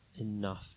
enough